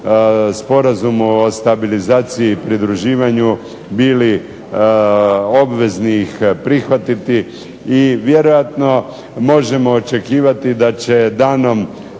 Sporazumu o stabilizaciji i pridruživanju bili obvezni ih prihvatiti i vjerojatno možemo očekivati da će danom